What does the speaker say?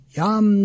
yam